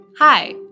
Hi